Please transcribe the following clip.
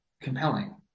compelling